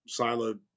siloed